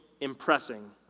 impressing